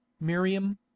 Miriam